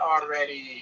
already